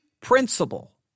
principle